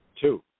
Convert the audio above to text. two